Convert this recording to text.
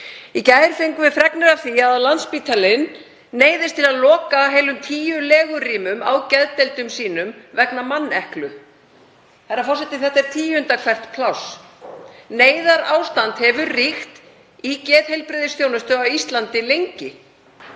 Í gær fengum við fregnir af því að Landspítalinn neyðist til að loka heilum tíu legurýmum á geðdeildum sínum vegna manneklu. Herra forseti, það er tíunda hvert pláss. Neyðarástand hefur ríkt í geðheilbrigðisþjónustu á Íslandi lengi,